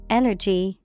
energy